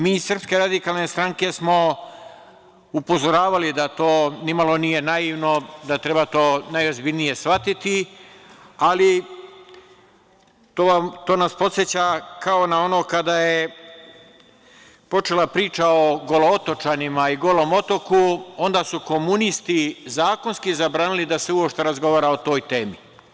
Mi iz SRS upozoravali da to ni malo nije naivno, da to treba najozbiljnije shvatiti, ali to nas podseća kao na ono kada je počela priča o Golo otočanima i Golom otoku, onda su komunisti zakonski zabranili da se uopšte razgovara o toj temi.